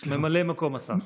ממלא מקום השר.